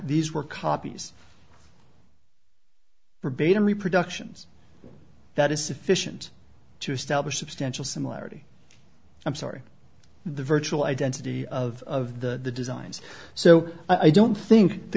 these were copies for baden reproductions that is sufficient to establish substantial similarity i'm sorry the virtual identity of the designs so i don't think the